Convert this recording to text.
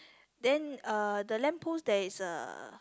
then uh the lamp post there is a